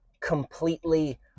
completely